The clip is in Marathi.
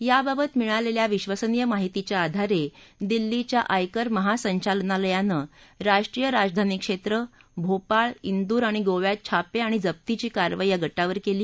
याबाबत मिळालेल्या विक्वसनीय माहितीच्या आधारे दिल्लीच्या आयकर महासंचालनालयानं राष्ट्रीय राजधानी क्षेत्र भोपाळ व्रि आणि गोव्यात छापे आणि जप्तीची कारवाई या गटावर केली